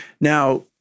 Now